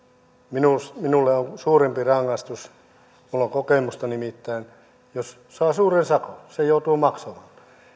on suurempi rangaistus se minulla on kokemusta nimittäin että jos saa suuren sakon niin sen joutuu maksamaan